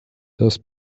das